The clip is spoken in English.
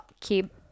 keep